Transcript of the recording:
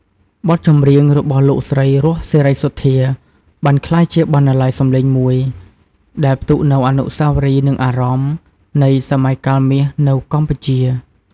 បទចម្រៀងរបស់លោកស្រី រស់ សេរីសុទ្ធា បានក្លាយជា បណ្ណាល័យសំឡេង មួយដែលផ្ទុកនូវអនុស្សាវរីយ៍ និងអារម្មណ៍នៃ "សម័យកាលមាស" នៅកម្ពុជា។